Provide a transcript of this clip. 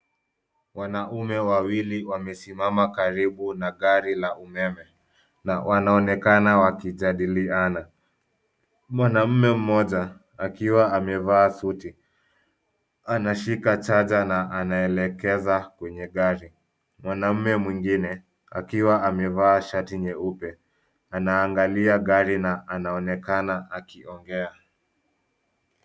Wanaume wawili wamesimama karibu na gari la umeme. Na wanaonekana wakijadiliana. Mwanaume mmoja, akiwa amevaa suti. Anashika charger na anaelekeza kwenye gari. Mwanaume mwingine, akiwa amevaa shati nyeupe. Anaangalia gari na anaonekana akiongea.